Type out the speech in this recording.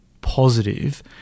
positive